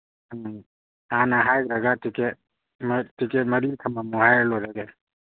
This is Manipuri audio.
ꯎꯝ ꯍꯥꯟꯅ ꯍꯥꯏꯒ꯭ꯔꯒ ꯇꯤꯀꯦꯠ ꯇꯤꯀꯦꯠ ꯃꯔꯤ ꯊꯃꯝꯃꯣ ꯍꯥꯏꯔ ꯂꯣꯏꯔꯦꯅꯦ